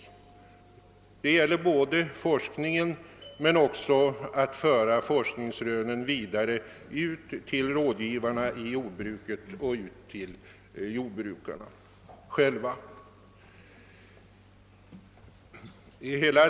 Det gäller både forskningen och uppgiften att föra rönen vidare ut till rådgivarna och jordbrukarna själva.